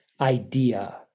idea